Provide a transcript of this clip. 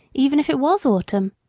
even if it was autumn.